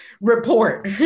report